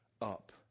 up